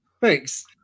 thanks